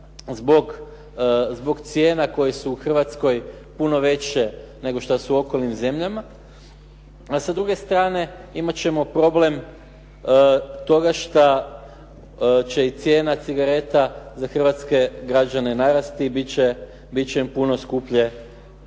zbog cijena koje su u Hrvatskoj puno veće nego što su u okolnim zemljama, a sa druge strane imat ćemo problem toga što će i cijena cigareta za hrvatske građane narasti i bit će im puno skuplje